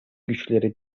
güçleri